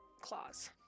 claws